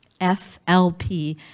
FLP